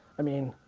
i mean,